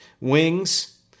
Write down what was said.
Wings